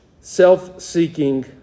self-seeking